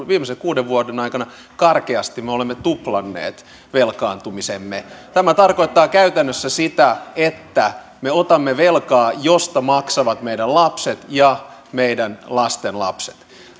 viimeisen kuuden vuoden aikana me olemme karkeasti tuplanneet velkaantumisemme tämä tarkoittaa käytännössä sitä että me otamme velkaa josta maksavat meidän lapsemme ja meidän lastenlapsemme